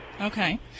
Okay